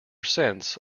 since